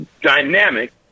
dynamic